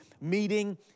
meeting